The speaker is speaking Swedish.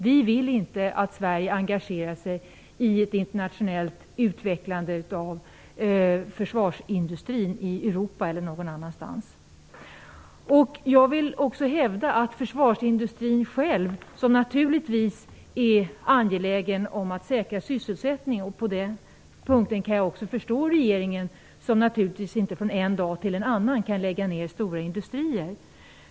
Vi vill inte att Sverige engagerar sig i ett internationellt utvecklande av försvarsindustrin i Europa eller någon annanstans. Försvarsindustrin är naturligtvis angelägen om att säkra sysselsättningen. På den punkten kan jag också förstå regeringen som naturligtvis inte från en dag till en annan kan lägga ner stora industrier.